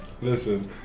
listen